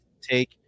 take